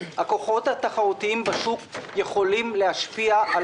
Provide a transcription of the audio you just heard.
הכוחות התחרותיים בשוק יכולים להשפיע על